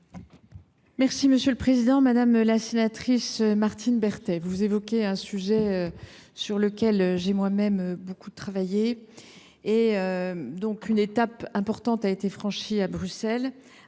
est à Mme la ministre. Madame la sénatrice Martine Berthet, vous évoquez un sujet sur lequel j’ai moi même beaucoup travaillé. En effet, une étape importante a été franchie à Bruxelles